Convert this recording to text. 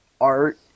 art